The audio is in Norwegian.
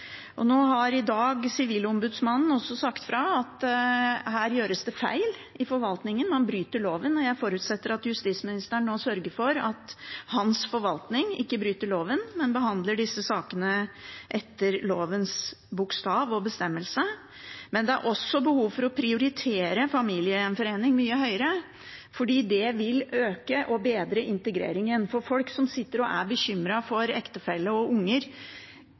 – nå sitter justisministeren her – er tregheten i familiegjenforeningssakene i UDI og UNE. I dag har Sivilombudsmannen sagt fra om at her gjøres det feil i forvaltningen, man bryter loven. Jeg forutsetter at justisministeren nå sørger for at hans forvaltning ikke bryter loven, men behandler disse sakene etter lovens bokstav og bestemmelse. Det er også behov for å prioritere familiegjenforening mye høyere. Det vil øke og bedre integreringen, for folk sitter og er bekymret for ektefeller og unger.